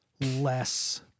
less